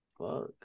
Fuck